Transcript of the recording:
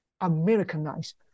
Americanized